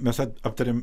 mes aptarėme